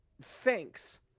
Thanks